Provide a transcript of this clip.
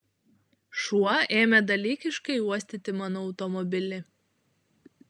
šuo ėmė dalykiškai uostyti mano automobilį